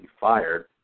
fired